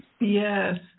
Yes